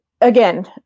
Again